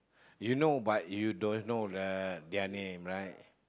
you know but you don't know the their name right